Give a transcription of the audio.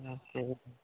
हां ते